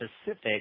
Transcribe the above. specific